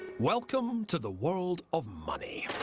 welcome to the world of money,